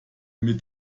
mit